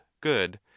good